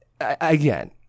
again